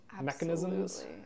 mechanisms